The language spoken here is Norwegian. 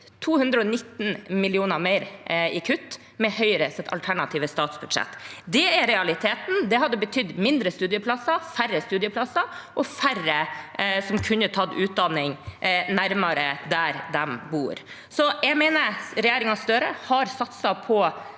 219 mill. kr i kutt med Høyres alternative statsbudsjett. Det er realiteten. Det hadde betydd færre studieplasser og færre som kunne tatt utdanning nærmere der de bor. Jeg mener regjeringen Støre har satset på